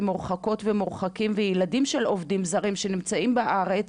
ומורחקות ומורחקים וילדים של עובדים זרים שנמצאים בארץ,